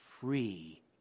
Free